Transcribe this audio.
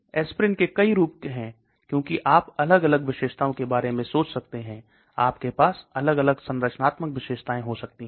aspirin के कई रूप हैं क्योंकि आप अलग अलग विशेषताओं के बारे में सोच सकते हैं और आपके पास अलग अलग संरचनात्मक विशेषताएं हो सकती हैं